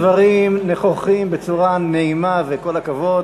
הצגת דברים נכוחים בצורה נעימה, וכל הכבוד.